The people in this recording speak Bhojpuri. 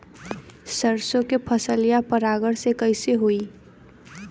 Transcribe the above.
सरसो के फसलिया परागण से कईसे होई?